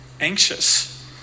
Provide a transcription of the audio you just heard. anxious